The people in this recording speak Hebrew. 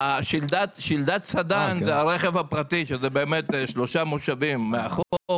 שלדת סדן זה הרכב הפרטי שזה באמת שלושה מושבים מאחור